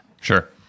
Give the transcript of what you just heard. Sure